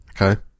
Okay